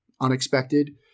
unexpected